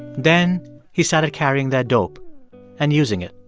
then he started carrying their dope and using it.